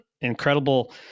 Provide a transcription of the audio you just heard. incredible